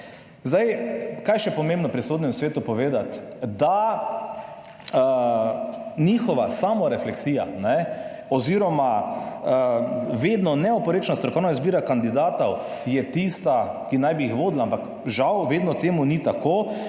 Kaj je še pomembno povedati pri Sodnem svetu? Njihova samorefleksija oziroma vedno neoporečna strokovna izbira kandidatov je tista, ki naj bi jih vodila, ampak žal vedno ni tako.